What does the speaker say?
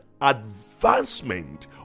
advancement